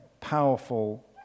powerful